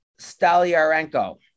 Staliarenko